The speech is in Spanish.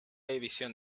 división